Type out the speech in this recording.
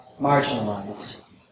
marginalized